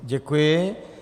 Děkuji.